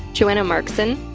joanna markson,